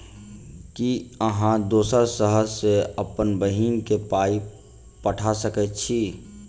की अहाँ दोसर शहर सँ अप्पन बहिन केँ पाई पठा सकैत छी?